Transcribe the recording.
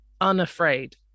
unafraid